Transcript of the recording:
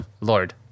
Lord